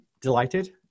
delighted